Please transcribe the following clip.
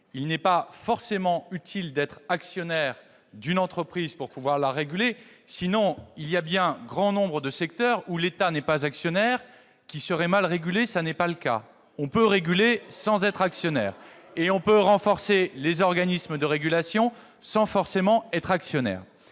il n'est pas forcément utile d'être actionnaire d'une entreprise pour la réguler. Sinon, un grand nombre de secteurs dans lesquels l'État n'est pas actionnaire seraient mal régulés ; or, ce n'est pas le cas. On peut réguler sans être actionnaire, et on peut aussi renforcer les organismes de régulation sans être forcément actionnaire.